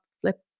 flip